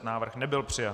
Návrh nebyl přijat.